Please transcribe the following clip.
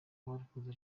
abarokotse